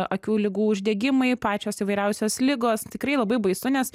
akių ligų uždegimai pačios įvairiausios ligos tikrai labai baisu nes